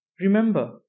Remember